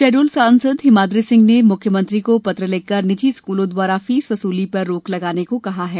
शहडोल सांसद हिमाद्री सिंह ने मुख्यमंत्री को पत्र लिख कर निजी स्कूलों द्वारा फीस वसूली पर रोक लगाने को कहा है